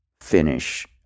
finish